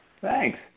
Thanks